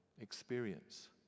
experience